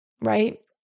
Right